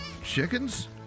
Chickens